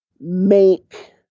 make